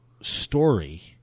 story